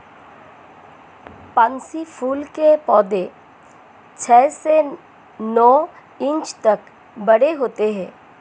pansy फूल के पौधे छह से नौ इंच तक बड़े होते हैं